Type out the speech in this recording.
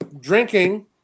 drinking